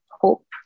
hope